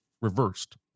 reversed